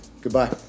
Goodbye